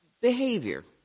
Behavior